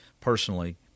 personally